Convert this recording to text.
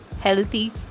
healthy